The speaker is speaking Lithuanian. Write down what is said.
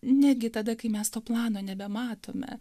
netgi tada kai mes to plano nebematome